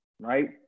right